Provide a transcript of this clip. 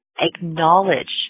acknowledge